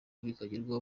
bigerwaho